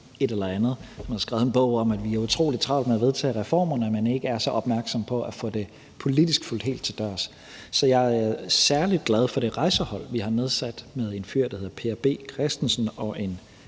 Nielsen og har skrevet en bog om, at vi har utrolig travlt med at vedtage reformerne, men ikke er så opmærksomme på at få dem politisk fulgt helt til dørs. Så jeg er særlig glad for det rejsehold, vi har nedsat, med en fyr, der hedder Per B. Christensen, og en